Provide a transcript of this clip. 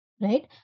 right